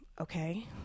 Okay